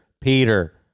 peter